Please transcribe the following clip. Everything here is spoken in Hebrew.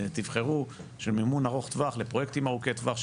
שתבחרו של מימון ארוך טווח לפרויקטים ארוכי טווח,